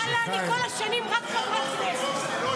אני כל השנים רק חברת הכנסת.